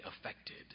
affected